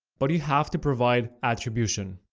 but you have to provide attribution.